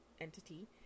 entity